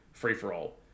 free-for-all